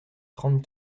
trente